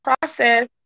process